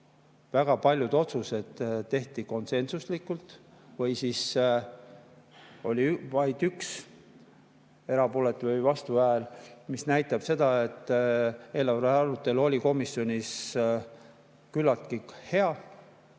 Väga paljud otsused tehti konsensuslikult või oli vaid 1 erapooletu või vastuhääl. See näitab seda, et eelarve arutelu oli komisjonis küllaltki hea